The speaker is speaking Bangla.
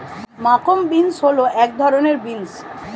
মাখন বিন্স হল এক ধরনের বিন্স